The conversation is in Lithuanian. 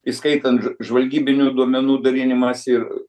įskaitant ž žvalgybinių duomenų dalinimąsi ir